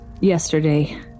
yesterday